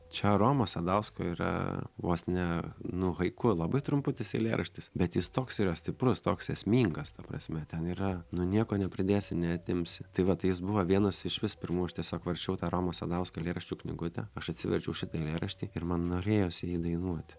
čia romo sadausko yra vos ne nu haiku labai trumputis eilėraštis bet jis toks yra stiprus toks esmingas ta prasme ten yra nu nieko nepridėsi neatimsi tai va tai is buvo vienas išvis pirmų aš tiesiog varčiau tą romo sadausko eilėraščių knygutę aš atsiverčiau šitą eilėraštį ir man norėjosi jį dainuoti